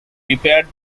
repair